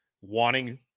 wanting